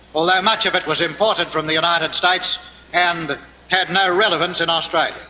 although much of it was imported from the united states and had no relevance in australia.